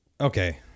Okay